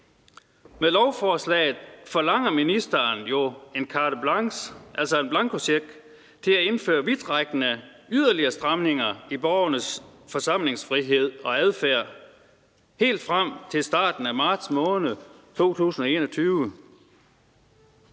Med lovforslaget forlanger ministeren jo en carte blanche, altså en blankocheck, til at indføre vidtrækkende, yderligere stramninger i borgernes forsamlingsfrihed og adfærd helt frem til starten af marts måned 2021.